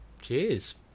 Cheers